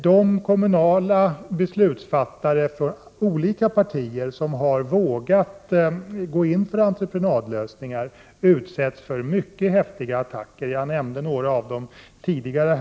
De kommunala beslutsfattare för olika partier som har vågat gå in för entreprenadlösningar utsätts för mycket häftiga angrepp - jag nämnde några av dem tidigare.